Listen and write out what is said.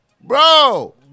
bro